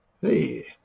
Hey